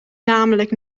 namelijk